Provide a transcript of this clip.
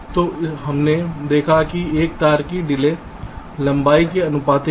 तो हमने देखा है कि एक तार की डिले लंबाई के आनुपातिक है